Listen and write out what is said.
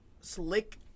slick